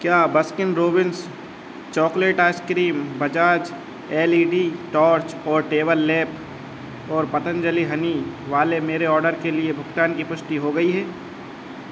क्या Baskin Robbins chocolate ice cream Bajaj L E D torch और table lamp और Patanjali honey वाले मेरे ऑर्डर के लिए भुगतान की पुष्टि हो गई है